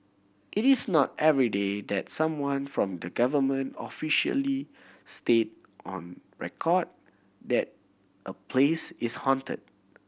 it is not everyday that someone from the government officially state on record that a place is haunted